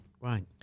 Right